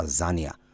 Azania